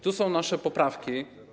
Tu są nasze poprawki.